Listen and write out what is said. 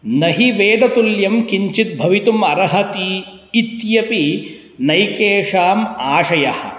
न हि वेदतुल्यं किञ्चित् भवितुम् अर्हति इत्यपि नैकेषाम् आशयः